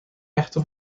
echte